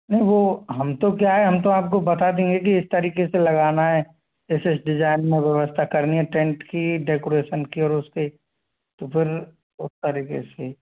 नहीं वो हम तो क्या है हम तो आपको बता देंगे की इस तरीके से लगाना है जैसे इस डिजाइन में व्यवस्था करनी है टेन्ट की डेकोरेशन की और उसकी तो फिर उस तरीके से